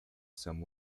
some